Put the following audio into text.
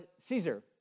Caesar